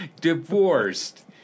Divorced